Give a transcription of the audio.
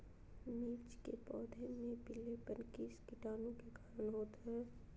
मिर्च के पौधे में पिलेपन किस कीटाणु के कारण होता है?